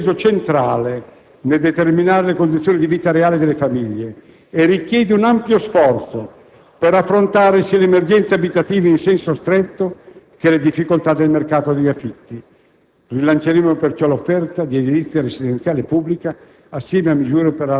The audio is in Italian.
La casa ha assunto ancor più che nel passato un peso centrale nel determinare le condizioni di vita reali delle famiglie e richiede un ampio sforzo per affrontare sia le emergenze abitative in senso stretto che le difficoltà nel mercato degli affitti.